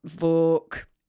Look